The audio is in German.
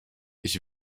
ich